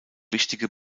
wichtige